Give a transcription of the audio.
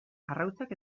arrautzak